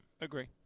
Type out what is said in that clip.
Agree